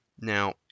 Now